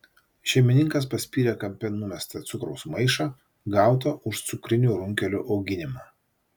šeimininkas paspyrė kampe numestą cukraus maišą gautą už cukrinių runkelių auginimą